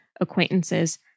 acquaintances